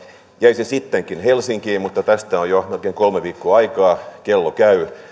jäisi sittenkin helsinkiin mutta tästä on jo melkein kolme viikkoa aikaa kello käy